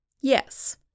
Yes